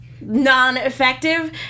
Non-effective